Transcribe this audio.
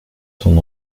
son